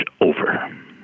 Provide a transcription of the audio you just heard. over